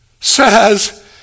says